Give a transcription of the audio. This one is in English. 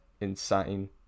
Insane